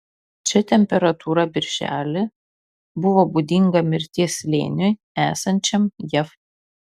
čia temperatūra birželį buvo būdinga mirties slėniui esančiam jav